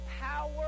power